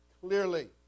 clearly